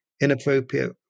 inappropriate